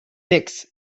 six